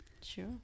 Sure